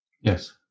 Yes